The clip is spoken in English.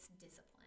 discipline